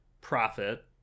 profit